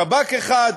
שב"כ אחד,